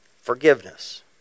forgiveness